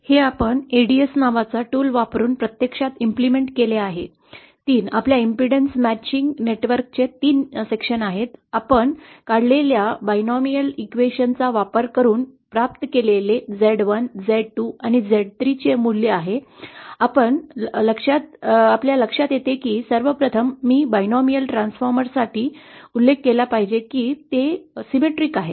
हे आपण एडीएस नावाच्या टूलवर प्रत्यक्षात लागू केले हे 3 आपल्या ईमपीडन्स मॅचिंग नेटवर्कचे तीन विभाग आहे आपण काढलेल्या द्विपक्षीय समीकरणा चा वापर करून प्राप्त केलेले हे Z 1 Z 2 आणि Z 3 चे मूल्य आहे आपल्या लक्षात येते की सर्वप्रथम मी बायनोमियल ट्रान्सफॉर्मर्ससाठी उल्लेख केला पाहिजे की ते सममितीय आहेत